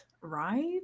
Right